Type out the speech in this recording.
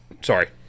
Sorry